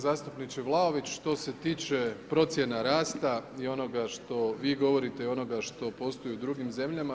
Zastupniče Vlaović, što se tiče procjena rasta i onoga što vi govorite i onoga što postoji u drugim zemljama.